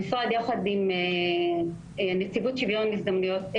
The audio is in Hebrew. המשרד, יחד עם נציבות שירות המדינה,